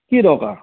কি দৰকাৰ